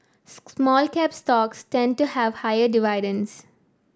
small cap stocks tend to have higher dividends